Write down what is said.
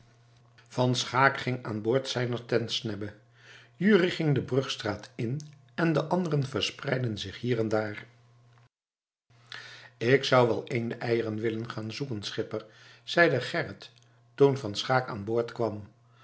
van schaeck ging aanboord zijner tentsnebbe jurrie ging de bruggestraat in en de anderen verspreidden zich hier en daar ik zou wel eendeneieren willen gaan zoeken schipper zeide gerrit toen van schaeck aanboord kwam